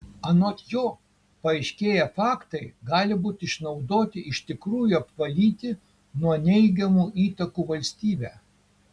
anot jo paaiškėję faktai gali būti išnaudoti iš tikrųjų apvalyti nuo neigiamų įtakų valstybę